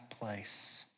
place